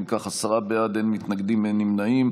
אם כך, עשרה בעד, אין מתנגדים, אין נמנעים.